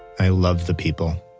i love the people.